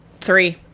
Three